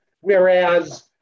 Whereas